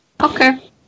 Okay